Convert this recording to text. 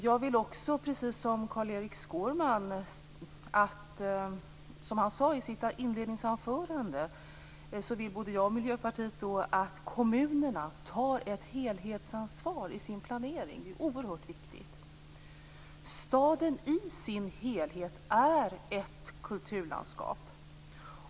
Jag och Miljöpartiet vill, precis som Carl-Erik Skårman sade i sitt inledningsanförande, att kommunerna tar ett helhetsansvar i sin planering. Detta är oerhört viktigt. Staden i sin helhet är ett kulturlandskap.